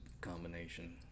combination